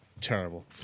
Terrible